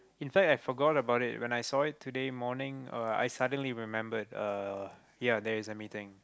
in fact I forgot about it when I saw it today morning uh I suddenly remembered uh ya there is a meeting